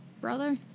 brother